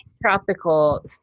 Tropical